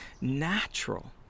natural